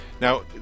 Now